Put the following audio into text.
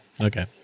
Okay